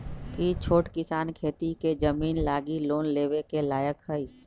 कि छोट किसान खेती के जमीन लागी लोन लेवे के लायक हई?